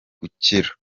gukira